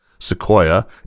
Sequoia